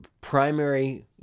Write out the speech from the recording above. primary